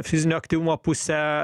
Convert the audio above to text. fizinio aktyvumo pusę